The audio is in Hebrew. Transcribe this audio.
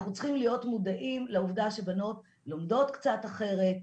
אנחנו צריכים להיות מודעים לעובדה שבנות לומדות קצת אחרת,